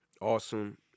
awesome